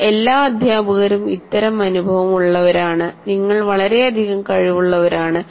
നിങ്ങൾ എല്ലാ അദ്ധ്യാപകരും ഇത്തരം അനുഭവം ഉള്ളവരാണ്നിങ്ങൾ വളരെയധികം കഴിവുള്ളവരാണ്